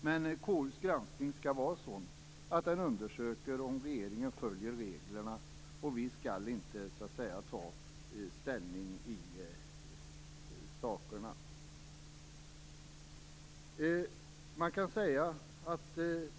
Men KU:s granskning skall vara sådan att den undersöker om regeringen följer reglerna, och vi skall inte ta ställning i sakfrågan.